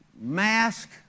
mask